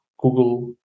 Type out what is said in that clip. google